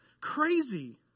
crazy